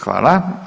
Hvala.